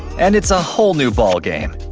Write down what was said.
and it's a whole new ballgame.